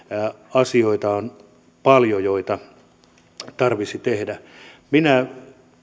asioita on paljon joita tarvitsisi tehdä minä